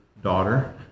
Daughter